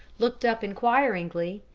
looked up inquiringly,